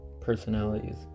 personalities